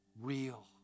real